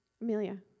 Amelia